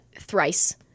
thrice